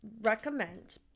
recommend